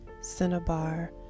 cinnabar